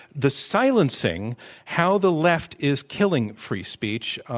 the silencing how the left is killing free speech,